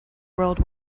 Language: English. world